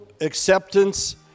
acceptance